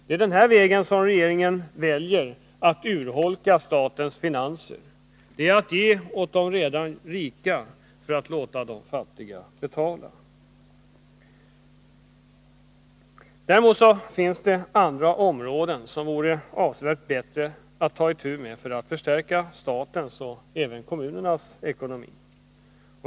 Det är denna väg regeringen väljer att urholka statens finanser — genom att ge åt de redan rika och låt de fattiga betala. Det finns andra områden som det vore bättre att ta itu med för att förstärka statens och även kommunernas ekonomi.